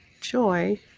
joy